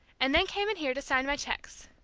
and then came in here to sign my cheques.